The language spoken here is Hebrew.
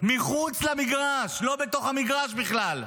מחוץ למגרש, לא בתוך המגרש בכלל.